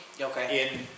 Okay